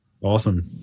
awesome